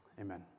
Amen